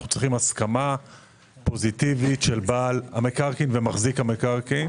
אנחנו צריכים הסכמה פוזיטיבית של בעל המקרקעין ומחזיק המקרקעין.